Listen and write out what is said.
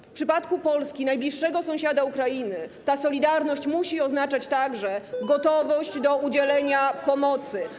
W przypadku Polski, najbliższego sąsiada Ukrainy, ta solidarność musi oznaczać także gotowość do udzielenia pomocy.